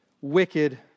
Wicked